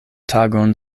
tagon